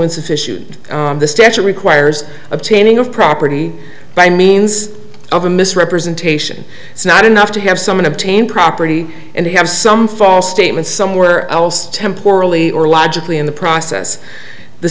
insufficient the statute requires obtaining of property by means of a misrepresentation it's not enough to have someone obtain property and have some false statement somewhere else temporarily or logically in the process the